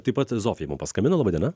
taip pat zofija mum paskambino laba diena